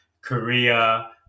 Korea